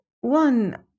One